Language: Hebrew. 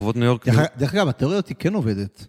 דרך אגב, התאוריות היא כן עובדת.